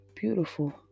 beautiful